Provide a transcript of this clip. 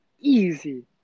easy